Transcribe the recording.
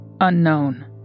Unknown